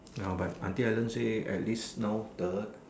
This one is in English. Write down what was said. ya but until I learn say at least now third